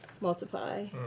multiply